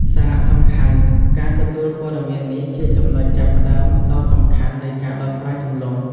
សារៈសំខាន់: ការទទួលព័ត៌មាននេះជាចំណុចចាប់ផ្តើមដ៏សំខាន់នៃការដោះស្រាយជម្លោះ។